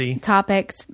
topics